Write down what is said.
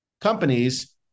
companies